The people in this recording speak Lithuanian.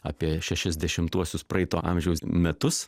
apie šešiasdešimtuosius praeito amžiaus metus